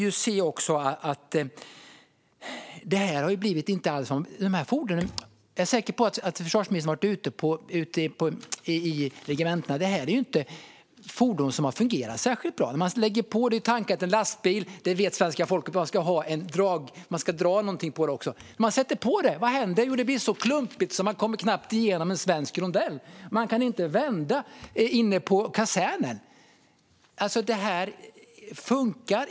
Jag är säker på att försvarsministern har besökt regementena, och då har han sett att fordonen inte fungerar särskilt bra. Vi kan titta på exemplet med en lastbil. Svenska folket vet att man ska kunna sätta ett släp efter lastbilen. Men vad händer? Jo, lastbilen och släpet blir så klumpigt att man knappt kommer igenom en svensk rondell, och man kan inte vända inne på kasernområdet.